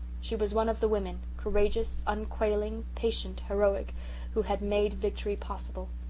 she was one of the women courageous, unquailing, patient, heroic who had made victory possible.